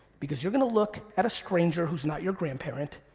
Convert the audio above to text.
because you're gonna look at a stranger who's not your grandparent,